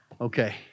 Okay